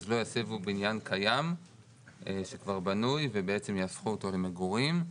אז לא יסבו בניין קיים שכבר בנוי ובעצם יהפכו אותו למגורים.